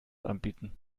anbieten